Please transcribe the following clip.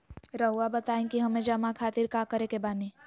रहुआ बताइं कि हमें जमा खातिर का करे के बानी?